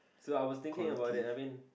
so I was thinking about that I mean